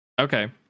Okay